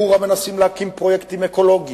בחורה מנסים להקים פרויקטים אקולוגיים,